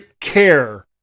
care